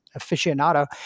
aficionado